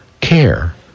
care